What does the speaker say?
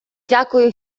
дякую